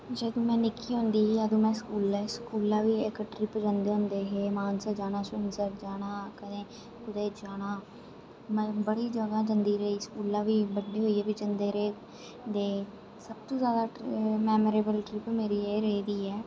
जदूं में निक्की होंदी ही अदूं में स्कूला स्कूला बी इक ट्रिप जंदे होंदे हे मानसर जाना सरुंईसर जाना कदें कुदै जाना बड़ी जगह् जंदे रेही स्कूला बड्डी होइयै बी जंदे रेह् ते सब तो जादा मैमरेवर ट्रिप मेरी एह् रेह्दी ऐ